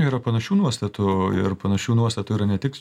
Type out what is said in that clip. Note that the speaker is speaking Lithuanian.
yra panašių nuostatų ir panašių nuostatų yra ne tik